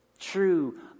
True